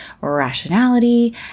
rationality